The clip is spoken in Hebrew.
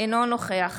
אינו נוכח